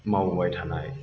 मावबाय थानाय